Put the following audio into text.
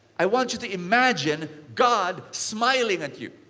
i want you to imagine god smiling at you.